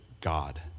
God